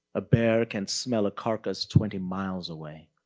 a bear can smell a carcass twenty miles away.